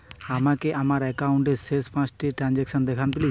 আমাকে আমার একাউন্টের শেষ পাঁচটি ট্রানজ্যাকসন দেখান প্লিজ